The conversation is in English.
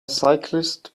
cyclist